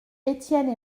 etienne